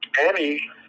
Annie